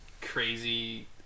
crazy